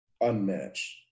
Unmatched